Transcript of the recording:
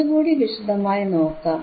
ഒന്നുകൂടി വിശദമായി നോക്കാം